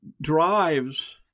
drives